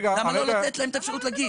למה לא לתת להם אפשרות להגיש?